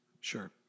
Sure